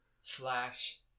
slash